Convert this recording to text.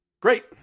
great